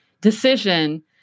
decision